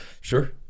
Sure